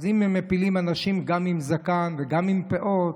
אם הם מפילים גם אנשים עם זקן ועם פאות,